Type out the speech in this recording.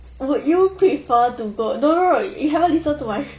would you prefer to go no~ no~ ro~ you haven't listen to my